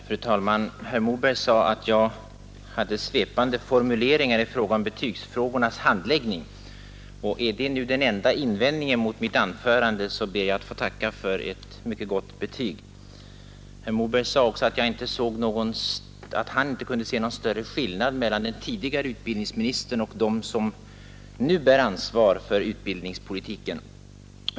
Fru talman! Statsrådet Moberg sade att jag hade svepande formuleringar när det gällde betygsfrågornas handläggning. Är detta den enda invändningen mot mitt anförande, ber jag att få tacka för ett mycket gott betyg. Herr Moberg sade också att han inte kunde se någon större skillnad mellan den tidigare utbildningsministern och dem som nu bär ansvaret för utbildningspolitiken.